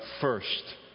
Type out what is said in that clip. first